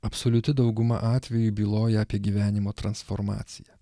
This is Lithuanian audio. absoliuti dauguma atvejų byloja apie gyvenimo transformaciją